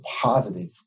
positive